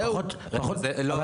זה